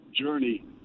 journey